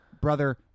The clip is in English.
brother